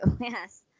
Yes